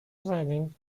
planning